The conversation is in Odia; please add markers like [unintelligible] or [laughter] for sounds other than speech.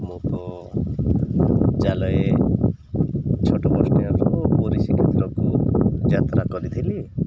ମୁଁ ତ [unintelligible] ଛୋଟ ବସ୍ଷ୍ଟାଣ୍ଡରୁ ପୁରୀ ଶ୍ରୀକ୍ଷେତ୍ରକୁ ଯାତ୍ରା କରିଥିଲି